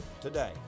today